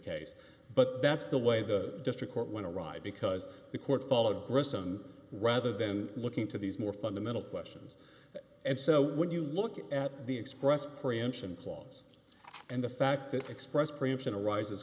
case but that's the way the district court went to ride because the court followed grossman rather than looking to these more fundamental questions and so when you look at the expressed preemption clause and the fact that express preemption arises